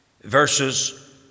verses